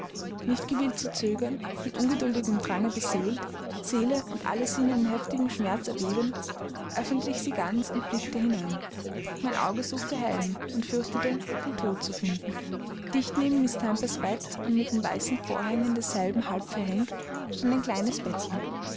nicht gewillt zu zögern von ungeduldigem drange beseelt seele und alle sinne in heftigem schmerz erbebend öffnete ich sie ganz und blickte hinein mein auge suchte helen und fürchtete den tod zu finden dicht neben miß temples bett und mit den weißen vorhängen desselben halb verhängt stand ein kleines bettchen